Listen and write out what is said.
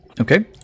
Okay